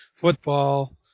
football